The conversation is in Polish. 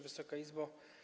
Wysoka Izbo!